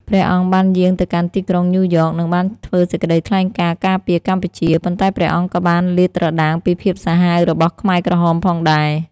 ព្រះអង្គបានយាងទៅកាន់ទីក្រុងញូវយ៉ក និងបានធ្វើសេចក្ដីថ្លែងការណ៍ការពារកម្ពុជា ប៉ុន្តែព្រះអង្គក៏បានលាតត្រដាងពីភាពសាហាវរបស់ខ្មែរក្រហមផងដែរ។